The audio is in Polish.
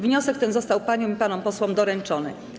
Wniosek ten został paniom i panom posłom doręczony.